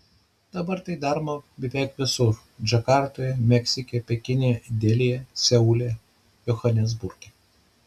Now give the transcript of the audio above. dabar tai daroma beveik visur džakartoje meksike pekine delyje seule johanesburge